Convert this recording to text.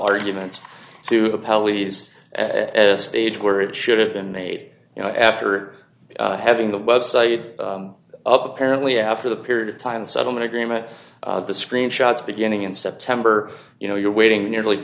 arguments to a pelleas at a stage where it should have been made you know after having the website up apparently after the period of time and settlement agreement the screenshots beginning in september you know you're waiting nearly